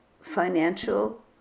financial